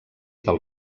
del